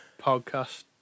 podcast